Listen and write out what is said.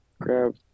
grab